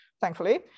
thankfully